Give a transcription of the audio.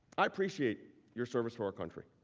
i appreciate your service to our country.